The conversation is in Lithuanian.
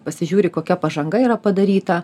pasižiūri kokia pažanga yra padaryta